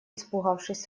испугавшись